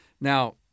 Now